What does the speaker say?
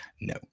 no